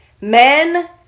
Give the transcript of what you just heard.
Men